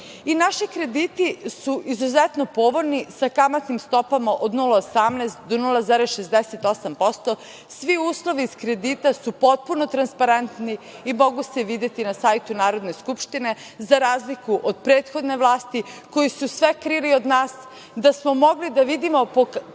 krediti su izuzetno povoljni sa kamatnim stopama od 0,18 do 0,68%. Svi uslovi iz kredita su potpuno transparentni i mogu se videti na sajtu Narodne skupštine, za razliku od prethodne vlasti, koji su sve krili od nas. Da smo mogli da vidimo